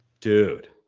Dude